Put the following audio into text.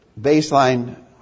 baseline